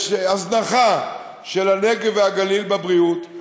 יש הזנחה של הנגב והגליל בתחום הבריאות,